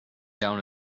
down